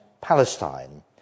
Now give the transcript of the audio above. Palestine